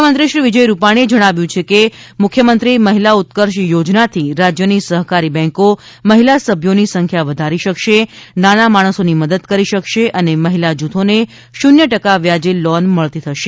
મુખ્યમંત્રીશ્રી વિજય રૂપાણીએ જણાવ્યું છે કે મુખ્યમંત્રી મહિલા ઉત્કર્ષ યોજનાથી રાજ્યની સહકારી બેંકો મહિલા સભ્યોની સંખ્યા વધારી શકશે નાના માણસોની મદદ કરી શકશે અને મહિલા જુથોને શૂન્ય ટકા વ્યાજે લોન મળતી થશે